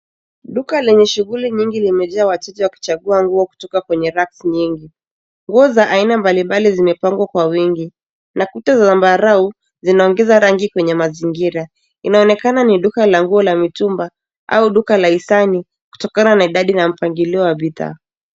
Duka lenye shughuli nyingi limejaa wateja wakichagua nguo kutoka kwenye rafu nyingi. Nguo za aina mbalimbali zimepangwa kwa wingi .Na kuta za zambarau zinaongeza rangi kwenye mazingira. Inaoanekana ni duka la nguo za mitumba au la hisani kutokana na idadi na mpangilio wa bidhaa.